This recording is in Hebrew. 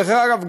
דרך אגב,